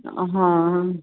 ਹਾਂ